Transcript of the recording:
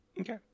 Okay